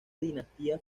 dinastía